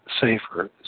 safer